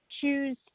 choose